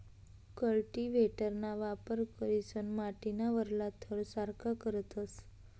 कल्टीव्हेटरना वापर करीसन माटीना वरला थर सारखा करतस